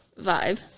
vibe